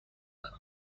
تمام